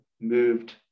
moved